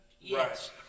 Yes